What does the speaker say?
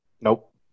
Nope